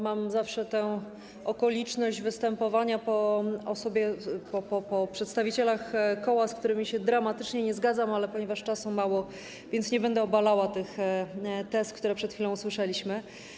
Mam zawszę tę sposobność występowania po osobie, po przedstawicielach koła, z którymi się dramatycznie nie zgadzam, ale ponieważ czasu mało, więc nie będę obalała tych tez, które przed chwilą usłyszeliśmy.